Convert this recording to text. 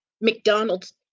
McDonald's